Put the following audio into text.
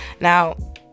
now